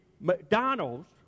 McDonald's